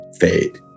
fade